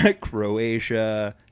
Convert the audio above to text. Croatia